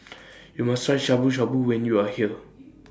YOU must Try Shabu Shabu when YOU Are here